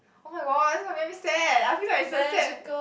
oh-my-god this is what makes me sad I feel like is a sad